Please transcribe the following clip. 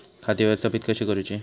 खाती व्यवस्थापित कशी करूची?